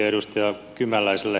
edustaja kymäläiselle